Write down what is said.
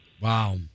Wow